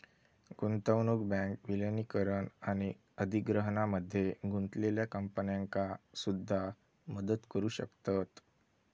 गुंतवणूक बँक विलीनीकरण आणि अधिग्रहणामध्ये गुंतलेल्या कंपन्यांका सुद्धा मदत करू शकतत